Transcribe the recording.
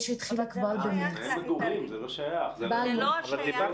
שהתחילה כבר --- אבל זה לא שייך להיתרים.